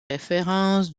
référence